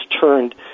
turned